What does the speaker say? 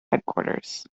headquarters